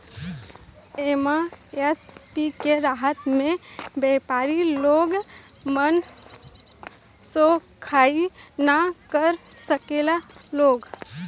MSP के रहता में व्यपारी लोग मनसोखइ ना कर सकेला लोग